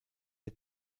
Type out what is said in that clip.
der